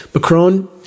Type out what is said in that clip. Macron